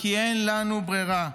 כי אין לנו ברירה.